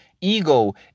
ego